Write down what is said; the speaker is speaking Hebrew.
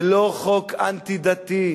זה לא חוק אנטי-דתי,